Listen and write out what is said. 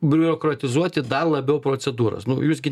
biurokratizuoti dar labiau procedūras nu jūs gi